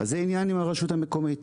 אז זה עניין עם הרשות המקומית,